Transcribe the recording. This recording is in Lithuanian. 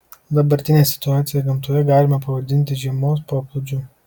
dabartinę situaciją gamtoje galima pavadinti žiemos poplūdžiu